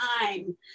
time